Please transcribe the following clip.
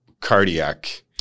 cardiac